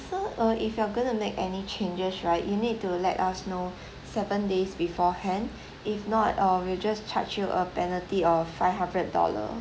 so uh if you're going to make any changes right you need to let us know seven days beforehand if not uh we'll just charge you a penalty of five hundred dollar